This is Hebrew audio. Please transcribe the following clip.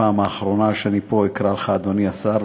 הפעם האחרונה שאני אקרא לך פה אדוני השר.